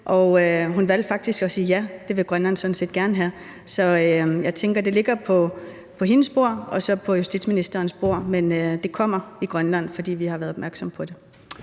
hun valgte faktisk at sige: Ja, det vil Grønland sådan set gerne have. Så jeg tænker, det ligger på hendes bord og på justitsministerens bord, men det kommer i Grønland, for vi har været opmærksomme på det.